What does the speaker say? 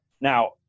Now